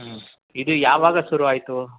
ಹ್ಞೂ ಇದು ಯಾವಾಗ ಶುರು ಆಯಿತು